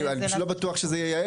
אני פשוט לא בטוח שזה ייעל.